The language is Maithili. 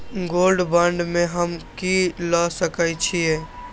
गोल्ड बांड में हम की ल सकै छियै?